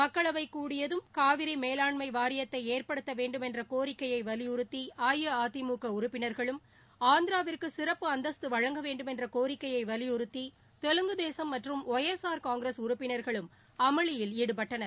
மக்களவை கூடியதும் காவிரி மேலாண்மை வாரியத்தை ஏற்படுத்த வேண்டுமென்ற கோரிக்கையை வலியுறுத்தி அஇஅதிமுக உறுப்பினர்களும் ஆந்திராவிற்கு சிறப்பு அந்தஸ்து வழங்க வேண்டுமென்ற கோரிக்கையை வலியுறுத்தி தெலுங்கு தேசம் மற்றும் ஒய் எஸ் ஆர் காங்கிரஸ் உறுப்பினர்களும் அமளியில் ஈடுபட்டனர்